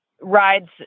rides